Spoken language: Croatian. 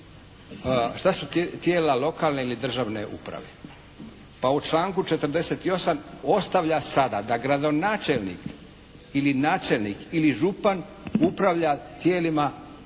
šta su tijela lokalne ili državne uprave. Pa u članku 48. ostavlja sada da gradonačelnik ili načelnik ili župan upravlja tijelima uprave